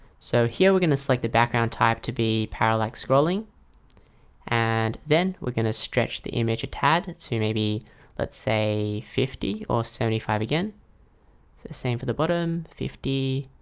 so here we're gonna select the background type to be parallax scrolling and then we're going to stretch the image a tad to maybe let's say fifty or seventy five again so same for the bottom fifty